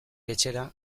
etxera